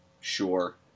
Sure